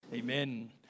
Amen